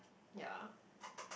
ya